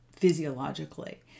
Physiologically